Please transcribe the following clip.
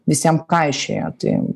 visiem kaišioja tai